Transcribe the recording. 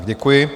Děkuji.